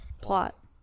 Plot